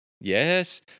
Yes